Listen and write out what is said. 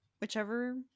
Whichever